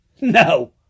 No